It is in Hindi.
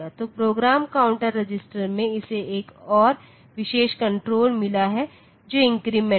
तो प्रोग्राम काउंटर रजिस्टर में इसे एक और विशेष कण्ट्रोल मिला है जो इन्क्रीमेंट है